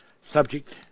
subject